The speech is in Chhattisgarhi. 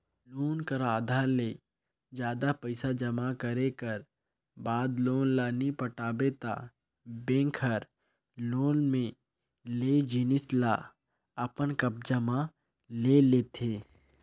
लोन कर आधा ले जादा पइसा जमा करे कर बाद लोन ल नी पटाबे ता बेंक हर लोन में लेय जिनिस ल अपन कब्जा म ले लेथे